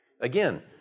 Again